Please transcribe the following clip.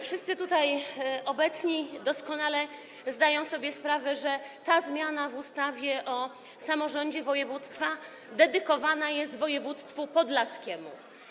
Wszyscy tutaj obecni doskonale zdają sobie sprawę, że ta zmiana w ustawie o samorządzie województwa dedykowana jest województwu podlaskiemu.